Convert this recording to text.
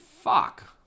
fuck